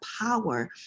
power